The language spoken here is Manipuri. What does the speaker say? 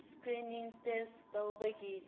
ꯏꯁꯀ꯭ꯔꯤꯅꯤꯡ ꯇꯦꯁ ꯇꯧꯕꯒꯤ